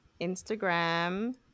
Instagram